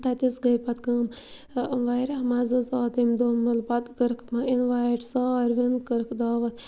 تَتہِ حظ گٔے پَتہٕ کٲم واریاہ مَزٕ حظ آو تَمہِ دۄہ مطلب پَتہٕ کٔرٕکھ اِنوایِٹ ساروِین کٔرٕکھ دعوت